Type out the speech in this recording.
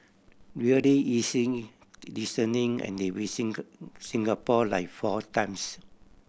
really easy listening and they visited Singapore like four times